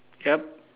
yup